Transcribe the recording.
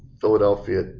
Philadelphia